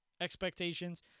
expectations